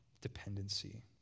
dependency